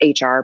HR